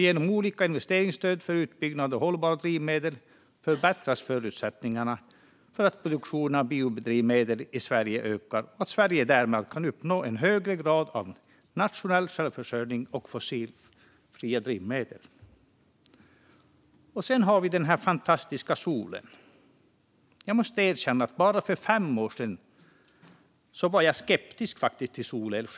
Genom olika investeringsstöd för utbyggnad av hållbara drivmedel förbättras förutsättningarna för att produktionen av biodrivmedel i Sverige ska öka och Sverige därmed ska kunna uppnå en högre grad av nationell självförsörjning med fossilfria drivmedel. Sedan har vi den fantastiska solen. Jag måste erkänna att jag bara för fem år sedan själv var skeptisk till solel.